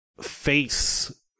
face